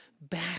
back